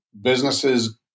businesses